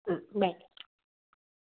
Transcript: bye